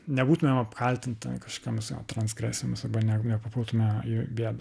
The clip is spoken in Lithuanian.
nebūtumėm apkaltinti kažkokiomis jo transagresijomis arba ne nepapultume į bėdą